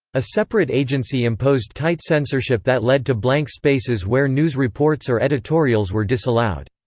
a separate agency imposed tight censorship that led to blank spaces where news reports or editorials were disallowed.